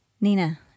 Nina